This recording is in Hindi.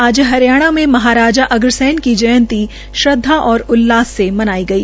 आज हरियाणा में महाराजा अग्रसेन की जयंती श्रद्वा और उल्लास से मनाई गई